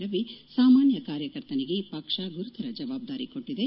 ಯ ಸಾಮಾನ್ಯ ಕಾರ್ಯಕರ್ತನಿಗೆ ಪಕ್ಷ ಗುರುತರ ಜವಬ್ದಾರಿ ಕೊಟ್ಟದೆ